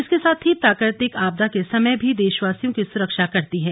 इसके साथ ही प्राकृतिक आपदा के समय भी देशवासियों की सुरक्षा करती है